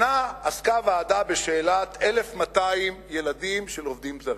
שנה עסקה ועדה בשאלת 1,200 ילדים של עובדים זרים.